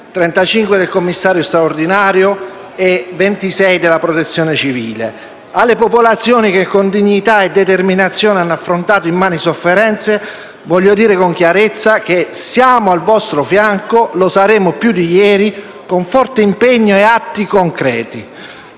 (35 del commissario straordinario e 26 della Protezione civile). Alle popolazioni che con dignità e determinazione hanno affrontato immani sofferenze voglio dire con chiarezza: siamo al vostro fianco, lo saremo più di ieri, con forte impegno e atti concreti.